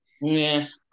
Yes